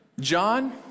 John